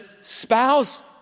spouse